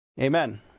amen